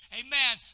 amen